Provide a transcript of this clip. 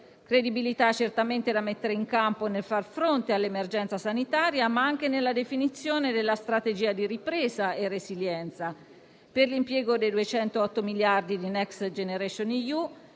credibilità, da mettere certamente in campo nel far fronte all'emergenza sanitaria, ma anche nella definizione della strategia di ripresa e resilienza e per l'impiego dei 208 miliardi del Next generation EU,